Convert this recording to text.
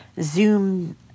Zoom